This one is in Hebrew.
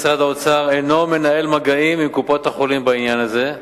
משרד האוצר אינו מנהל מגעים עם קופות-החולים בעניין הזה,